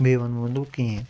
بیٚیہِ وَنوو نہٕ بہٕ کِہیٖنۍ